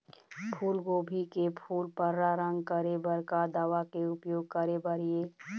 फूलगोभी के फूल पर्रा रंग करे बर का दवा के उपयोग करे बर ये?